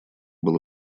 было